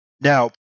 Now